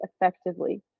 effectively